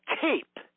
tape